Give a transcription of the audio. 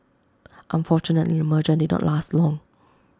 unfortunately the merger did not last long